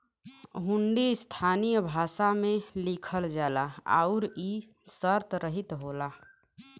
हुंडी स्थानीय भाषा में लिखल जाला आउर इ शर्तरहित होला